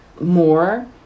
more